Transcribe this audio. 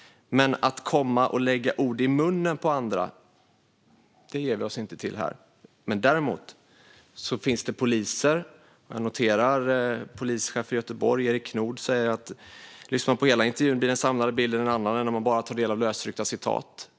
Men att lägga ord i munnen på andra ger vi oss inte på här. Jag noterar att polischefen i Göteborg, Erik Nord, säger att om man lyssnar på hela intervjun blir den samlade bilden en annan än om man bara tar del av lösryckta citat.